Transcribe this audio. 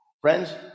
Friends